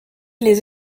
les